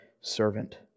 servant